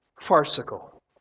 farcical